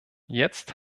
jetzt